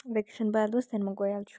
vacation भइहालोस् त्यहाँदेखिन् म गइहाल्छु